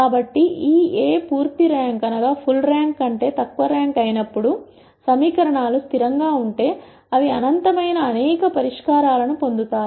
కాబట్టి ఈ A పూర్తి ర్యాంక్ కంటే తక్కువ ర్యాంక్ అయినప్పుడు సమీకరణాలు స్థిరం గా ఉంటే అవి అనంతమైన అనేక పరిష్కారాలను పొందుతాయి